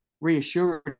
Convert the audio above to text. reassuring